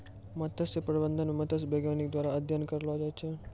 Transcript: मत्स्य प्रबंधन मे मत्स्य बैज्ञानिक द्वारा अध्ययन करलो जाय छै